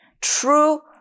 true